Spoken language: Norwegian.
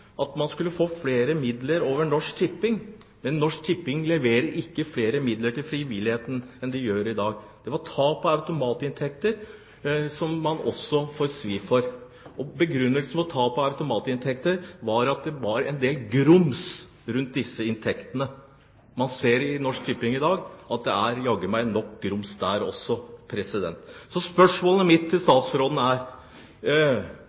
at man skulle få flere midler gjennom Norsk Tipping, men Norsk Tipping leverer ikke flere midler til frivilligheten enn det de gjør i dag. Tap av automatinntekter får man også svi for. Begrunnelsen for tapet av automatinntekter var at det var en del grums rundt disse inntektene. Man ser i dag at det jaggu meg er nok grums også i Norsk Tipping. Så spørsmålene mine til